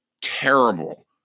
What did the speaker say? terrible